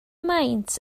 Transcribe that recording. maint